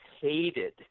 hated